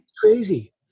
crazy